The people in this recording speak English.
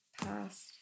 Past